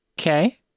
okay